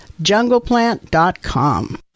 jungleplant.com